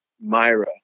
Myra